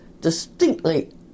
distinctly